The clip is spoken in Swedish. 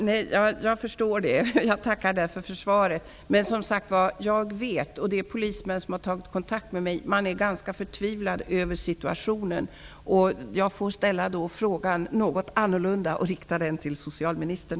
Fru talman! Jag förstår att justitieministern inte kan besvara sjukvårdsfrågorna, och jag tackar därför för svaret. Polismän har tagit kontakt med mig och sagt att de är förtvivlade över situationen. Jag får ställa frågan något annorlunda och rikta den till socialministern.